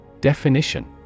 Definition